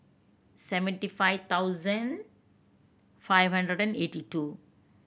seventy five thousand five hundred and eighty two